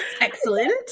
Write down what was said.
Excellent